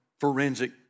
Forensic